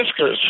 Fiskers